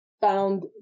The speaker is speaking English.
found